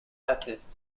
baptist